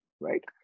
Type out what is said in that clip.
right